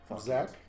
Zach